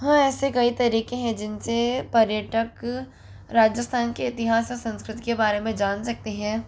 हाँ ऐसे कई तरीके हैं जिनसे पर्यटक राजस्थान के इतिहास और संस्कृत के बारे में जान सकते हैं